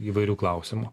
įvairių klausimų